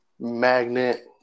magnet